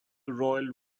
royal